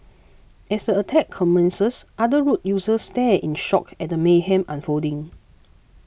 as the attack commences other road users stared in shock at the mayhem unfolding